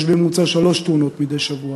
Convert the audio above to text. יש בממוצע שלוש תאונות מדי שבוע,